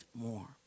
more